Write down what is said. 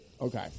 Okay